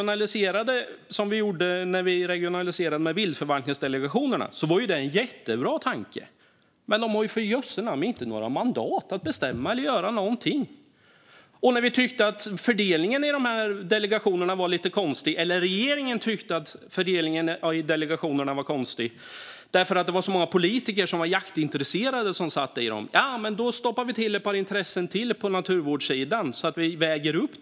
När vi regionaliserade viltförvaltningsdelegationerna var det ju en jättebra tanke, men de har ju för jösse namn inte några mandat att bestämma eller göra någonting. Och när regeringen tyckte att fördelningen av delegationerna var konstig, därför att det var så många politiker som var jaktintresserade som satt i dem, då stoppade man in ett par intressen till på naturvårdssidan så att det vägdes upp.